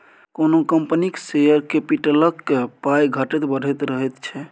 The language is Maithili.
कोनो कंपनीक शेयर कैपिटलक पाइ घटैत बढ़ैत रहैत छै